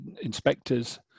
inspectors